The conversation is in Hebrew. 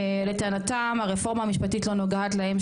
לטענתם הרפורמה המשפטית לא נוגעת להם,